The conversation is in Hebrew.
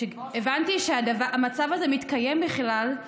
וכשהבנתי שהמצב הזה מתקיים בכלל,